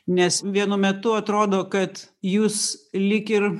nes vienu metu atrodo kad jūs lyg ir